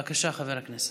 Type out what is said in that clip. בבקשה, חבר הכנסת.